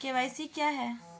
KYC क्या है?